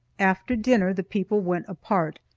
after dinner, the people went apart,